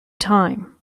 time